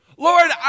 Lord